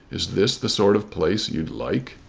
is this the sort of place you'd like?